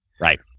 Right